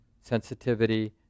sensitivity